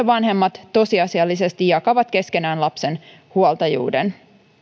vanhemmat tosiasiallisesti jakavat keskenään lapsen huoltajuuden